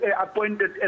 appointed